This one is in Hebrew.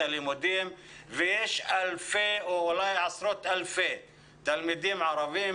הלימודים ויש אלפי או אולי עשרות אלפי תלמידים ערבים